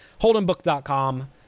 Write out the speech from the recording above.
HoldenBook.com